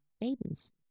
babies